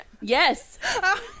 Yes